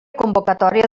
convocatòria